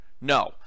No